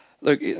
look